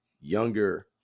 younger